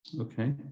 Okay